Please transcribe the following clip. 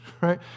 right